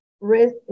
risk